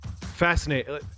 Fascinating